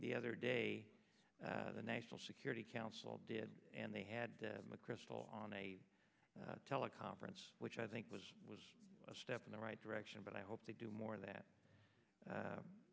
the other day the national security council did and they had mcchrystal on a teleconference which i think was was a step in the right direction but i hope they do more of that